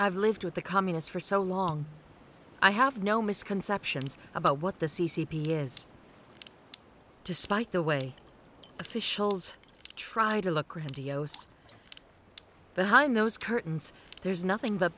i've lived with the communists for so long i have no misconceptions about what the c c p is despite the way officials tried to look grandiose behind those curtains there's nothing